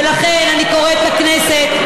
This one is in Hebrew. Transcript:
ולכן אני קוראת לכנסת,